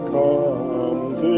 comes